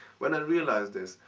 when i realized this,